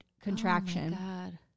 contraction